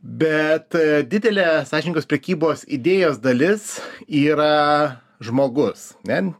bet didelė sąžiningos prekybos idėjos dalis yra žmogus ne